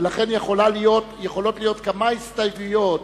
ולכן יכולות להיות כמה הסתייגויות,